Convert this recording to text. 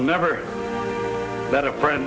never let a friend